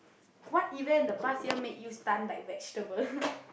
what event in the past year make you stun like vegetable